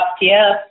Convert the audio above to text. Yes